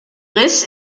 riss